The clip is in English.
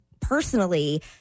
personally